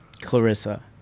Clarissa